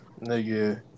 Nigga